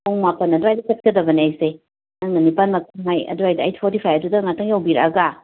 ꯄꯨꯡ ꯃꯥꯄꯟ ꯑꯗ꯭ꯋꯥꯏꯗ ꯆꯠꯀꯗꯕꯅꯦ ꯑꯩꯁꯦ ꯅꯪꯅ ꯅꯤꯄꯥꯟ ꯃꯈꯥꯏ ꯑꯗ꯭ꯋꯥꯏꯗ ꯑꯩꯠ ꯐꯣꯔꯇꯤ ꯐꯥꯏꯞꯇꯨꯗ ꯉꯥꯑꯇꯪ ꯌꯧꯕꯤꯔꯛꯑꯒ